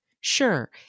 sure